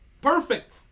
perfect